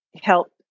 help